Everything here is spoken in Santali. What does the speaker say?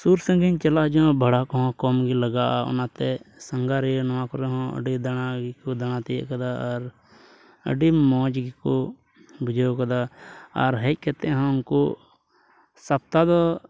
ᱥᱩᱨ ᱥᱟᱺᱜᱤᱧ ᱪᱟᱞᱟᱜ ᱦᱤᱡᱩᱜ ᱵᱷᱟᱲᱟ ᱠᱚᱦᱚᱸ ᱠᱚᱢᱜᱮ ᱞᱟᱜᱟᱜᱼᱟ ᱚᱱᱟᱛᱮ ᱥᱟᱸᱜᱷᱟᱨᱤᱭᱟᱹ ᱱᱚᱣᱟ ᱠᱚᱨᱮ ᱦᱚᱸ ᱟᱹᱰᱤ ᱫᱟᱬᱟ ᱜᱮ ᱠᱚ ᱫᱟᱬᱟ ᱛᱤᱭᱳᱜ ᱠᱟᱫᱟ ᱟᱨ ᱟᱹᱰᱤ ᱢᱚᱡᱽ ᱜᱮᱠᱚ ᱵᱩᱡᱷᱟᱹᱣ ᱠᱟᱫᱟ ᱟᱨ ᱦᱮᱡ ᱠᱟᱛᱮᱫ ᱦᱚᱸ ᱩᱱᱠᱩ ᱥᱟᱯᱛᱟ ᱫᱚ